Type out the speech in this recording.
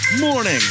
Morning